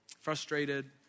frustrated